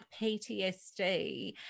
ptsd